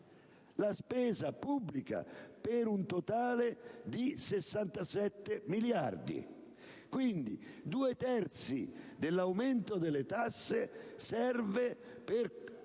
la spesa pubblica, per un totale di 67 miliardi. Quindi, due terzi dell'aumento delle tasse serve a coprire